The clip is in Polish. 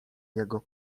jego